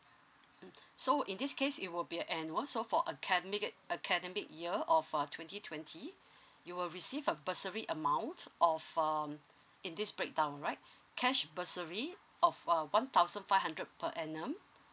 mm so in this case it will be and also for academic academic year or for twenty twenty you will receive a bursary amount of um in this breakdown right cash bursary of a one thousand five hundred per annum